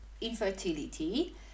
infertility